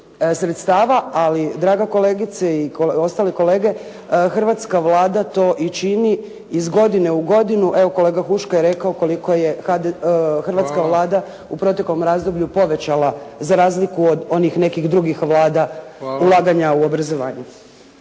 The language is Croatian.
sredstava. Ali draga kolegice i ostali kolege, hrvatska Vlada to i čini iz godine u godinu. Evo kolega Huška je rekao koliko je hrvatska Vlada u proteklom razdoblju povećala za razliku od onih nekih drugih Vlada ulaganja u obrazovanje.